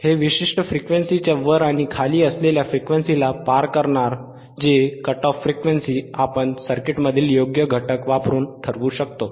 हे विशिष्ट फ्रिक्वेन्सीच्या वर आणि खाली असलेल्या फ्रिक्वेन्सीला पार करणार जे कट ऑफ फ्रिक्वेन्सी आपण सर्किटमधील योग्य घटक वापरून ठरवू शकतो